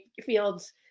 Fields